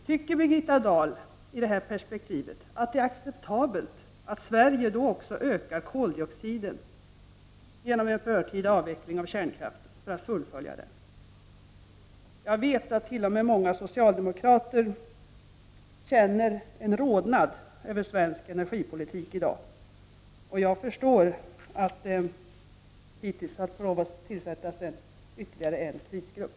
Tycker Birgitta Dahl i detta perspektiv att det är acceptabelt att Sverige också ökar utsläppen av koldixid genom en förtida avveckling av kärnkraften? Jag vet att t.o.m. många socialdemokrater känner en rodnad inför svensk energipolitik i dag. Jag förstår att det behöver tillsättas ytterligare en krisgrupp.